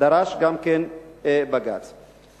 שדרש בג"ץ,